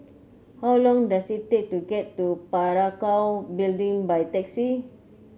how long does it take to get to Parakou Building by taxi